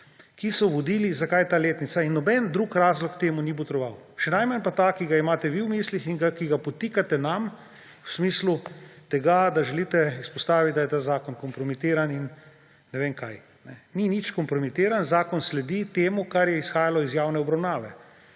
ki so vodili, zakaj je ta letnica. In noben drug razlog temu ni botroval, še najmanj pa ta, ki ga imate vi v mislih in ki ga podtikate nam v smislu tega, da želite izpostaviti, da je ta zakon kompromitiran in ne vem kaj. Ni nič kompromitiran. Zakon sledi temu, kar je izhajalo iz javne obravnave.